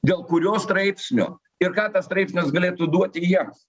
dėl kurio straipsnio ir ką tas straipsnis galėtų duoti jiems